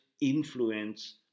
influence